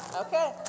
Okay